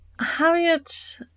Harriet